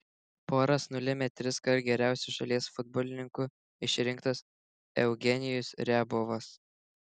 poras nulėmė triskart geriausiu šalies futbolininku išrinktas eugenijus riabovas